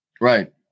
Right